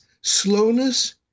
slowness